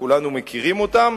כולנו מכירים אותם,